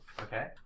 Okay